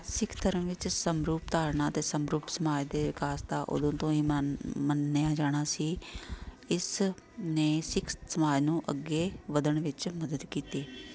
ਸਿੱਖ ਧਰਮ ਵਿੱਚ ਸਮਰੂਪ ਧਾਰਨਾ ਅਤੇ ਸਮਰੂਪ ਸਮਾਜ ਦੇ ਵਿਕਾਸ ਦਾ ਉਦੋਂ ਤੋਂ ਹੀ ਮਨ ਮੰਨਿਆ ਜਾਣਾ ਸੀ ਇਸ ਨੇ ਸਿੱਖ ਸਮਾਜ ਨੂੰ ਅੱਗੇ ਵਧਣ ਵਿੱਚ ਮਦਦ ਕੀਤੀ